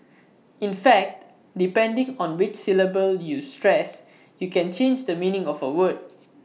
in fact depending on which syllable you stress you can change the meaning of A word